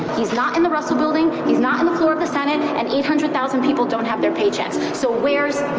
he's not in the russell building. he's not in the floor of the senate. and eight hundred thousand people don't have their paychecks, so where's